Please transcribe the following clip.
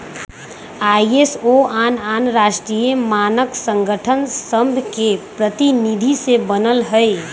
ISO आन आन राष्ट्रीय मानक संगठन सभके प्रतिनिधि से बनल हइ